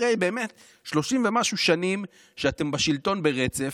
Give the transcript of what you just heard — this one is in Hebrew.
אחרי באמת 30 ומשהו שנים שאתם בשלטון ברצף,